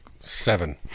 seven